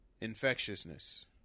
infectiousness